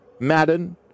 Madden